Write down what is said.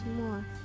more